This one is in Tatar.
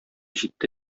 җитте